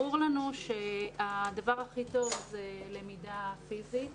ברור לנו שהדבר הכי טוב זה למידה פיזית,